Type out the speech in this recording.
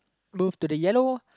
move to the yellow